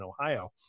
Ohio